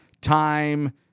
Time